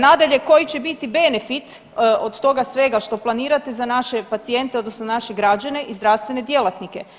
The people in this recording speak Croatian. Nadalje, koji će biti benefit od toga svega što planirate za naše pacijente odnosno naše građane i zdravstvene djelatnike?